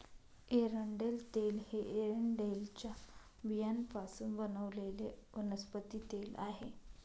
एरंडेल तेल हे एरंडेलच्या बियांपासून बनवलेले वनस्पती तेल आहे